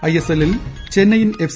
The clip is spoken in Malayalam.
ഐഎസ്എല്ലിൽ ചെന്നൈയിൻ എഫ്